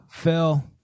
Phil